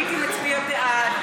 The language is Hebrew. הייתי מצביע בעד,